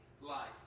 life